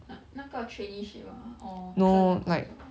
like 那个 traineeship ah or 真的工作